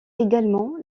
également